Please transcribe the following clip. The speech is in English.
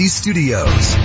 studios